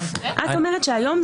את אומרת שהיום זה יעבוד.